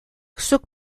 zuk